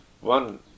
one